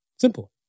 Simple